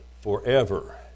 forever